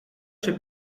czy